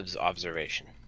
observation